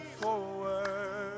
forward